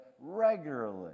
regularly